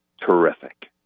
terrific